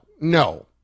no